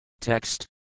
Text